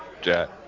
jet